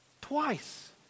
twice